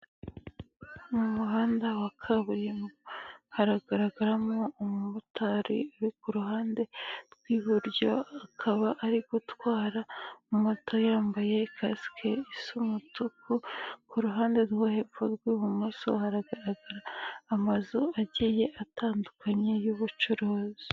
Ni umuhanda wa kaburimbo haragaragaramo umumotari uri ku ruhande rw'iburyo, akaba ari gutwara amata yambaye kasike isa umutuku, ku ruhande rwo hepfo rw'ibumoso hagaragara amazu agiye atandukanye y'ubucuruzi.